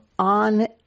On